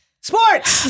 sports